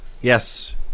Yes